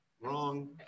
wrong